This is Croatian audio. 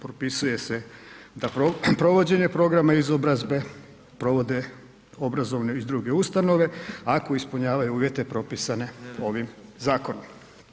Propisuje se da provođenje programa izobrazbe provode obrazovne iz druge ustanove ako ispunjavaju uvjete propisane ovim zakonom.